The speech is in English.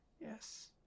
Yes